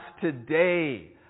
today